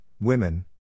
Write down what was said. Women